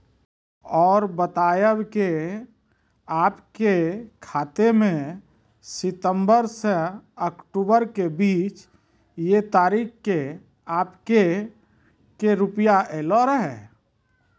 और बतायब के आपके खाते मे सितंबर से अक्टूबर के बीज ये तारीख के आपके के रुपिया येलो रहे?